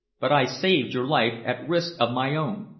but i saved your life at risk of my own.